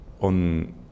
On